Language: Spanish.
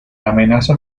amenaza